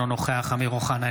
אינו נוכח אמיר אוחנה,